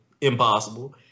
impossible